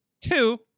Two